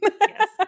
Yes